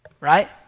Right